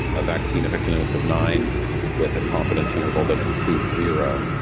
a vaccine effectiveness of nine with a confidence interval that includes zero.